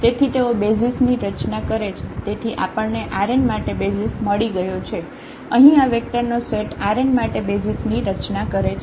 તેથી તેઓ બેસિઝ ની રચના કરે છે તેથી આપણને Rn માટે બેસિઝ મળી ગયો છે અહીં આ વેક્ટર નો સેટ Rn માટે બેસિઝ ની રચના કરે છે